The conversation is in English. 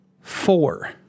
four